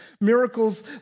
Miracles